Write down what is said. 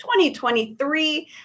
2023